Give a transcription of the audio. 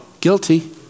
Guilty